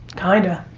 kinda.